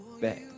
back